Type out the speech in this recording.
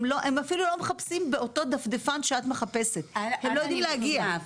הם אפילו לא מחפשים באותו דפדפן שאת מחפשת כי הם לא יודעים להגיע,